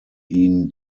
ihn